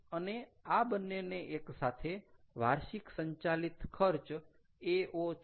અને આ બંનેને એકસાથે વાર્ષિક સંચાલિત ખર્ચ AO છે